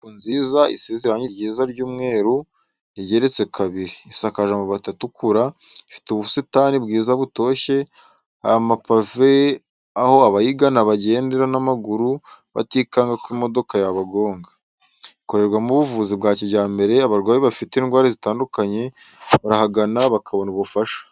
Inyubako nziza, isize irangi ryiza risa umweru, igeretse kabiri, isakaje amabati atukura, ifite ubusitani bwiza butoshye, hari amapave aho abayigana bagendera n'amaguru batikanga ko imodoka yabagonga. Ikorerwamo ubuvuzi bwa kijyambere, abarwayi bafite indwara zitandukanye barahagana bakabona ubufasha.